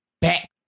back